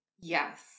Yes